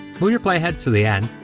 move your playhead to the end,